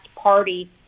party